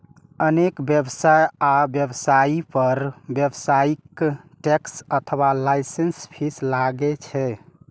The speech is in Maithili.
अनेक व्यवसाय आ व्यवसायी पर व्यावसायिक टैक्स अथवा लाइसेंस फीस लागै छै